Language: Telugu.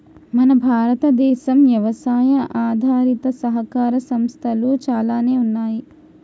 మన భారతదేనం యవసాయ ఆధారిత సహకార సంస్థలు చాలానే ఉన్నయ్యి